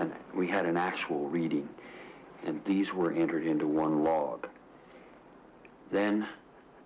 and we had a natural reading and these were entered into one log then